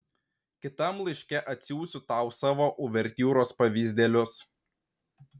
kitam laiške atsiųsiu tau savo uvertiūros pavyzdėlius